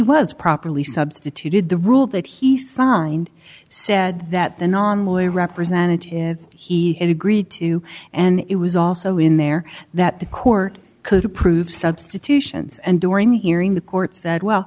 was properly substituted the rule that he signed said that the non lawyer representative he had agreed to and it was also in there that the court could approve substitutions and during the hearing the court said well